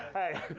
hey,